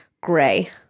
gray